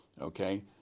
okay